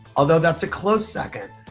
although that's a close second.